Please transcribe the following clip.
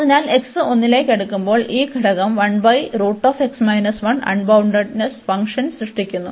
അതിനാൽ x 1 ലേക്ക് അടുക്കുമ്പോൾ ഈ ഘടകം അൺബൌണ്ടഡ്ഡട്നെസ്സ് ഫംഗ്ഷൻ സൃഷ്ടിക്കുന്നു